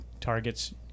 targets